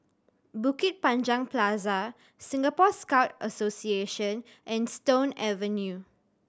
Bukit Panjang Plaza Singapore Scout Association and Stone Avenue